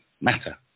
matter